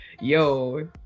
yo